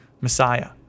Messiah